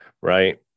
Right